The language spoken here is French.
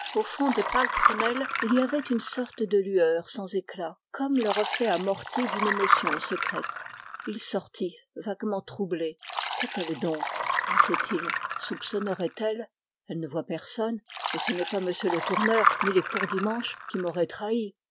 au fond des pâles prunelles il y avait une sorte de lueur sans éclat comme le reflet d'une émotion secrète il sortit vaguement troublé qu'a-t-elle donc pensaitil soupçonnerait elle elle ne voit personne et ce n'est pas m le tourneur ni les courdimanche qui m'auraient trahi